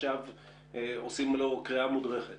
עושים קריאה מודרכת בדוח המבקר.